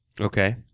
Okay